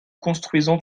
construisons